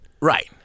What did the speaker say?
right